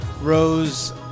Rose